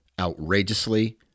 outrageously